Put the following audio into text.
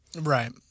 Right